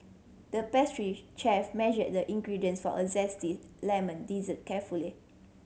the pastry chef measured the ingredients for a zesty lemon dessert carefully